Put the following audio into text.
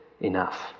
enough